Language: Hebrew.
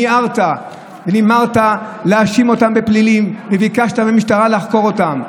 מיהרת להאשים אותם בפלילים וביקשת מהמשטרה לחקור אותם.